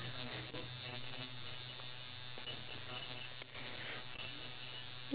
we always keep that like vibe where there's always a activity for us to do